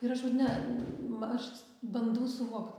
ir aš vat ne ma aš bandau suvokt